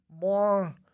more